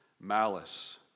malice